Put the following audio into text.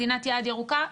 מדינת יעד ירוקה,